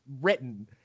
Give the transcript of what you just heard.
written